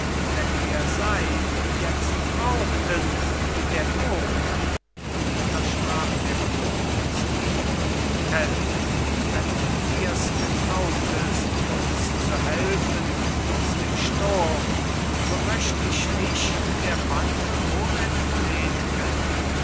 wenn wir sein jetzt brauchten in der not da sprach der vogt zu mir tell wenn du dir's getrautest uns zu helfen aus dem sturm so möcht ich dich der bande wohl entled'gen